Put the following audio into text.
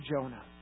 Jonah